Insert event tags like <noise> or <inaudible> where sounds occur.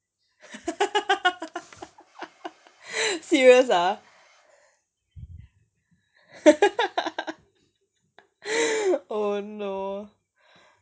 how come <laughs> serious ah <laughs> oh no